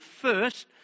first